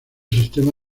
sistema